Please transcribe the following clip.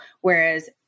whereas